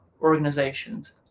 organizations